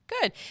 Good